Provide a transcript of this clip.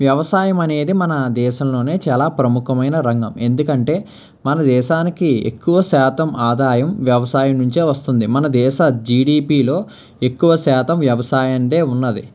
వ్యవసాయం అనేది మన దేశంలో చాలా ప్రముఖమైన రంగం ఎందుకంటే మన దేశానికి ఎక్కువ శాతం ఆదాయం వ్యవసాయం నుంచే వస్తుంది మనదేశ జీడీపీలో ఎక్కువ శాతం వ్యవసాయం ఉన్నది